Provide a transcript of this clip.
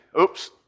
Oops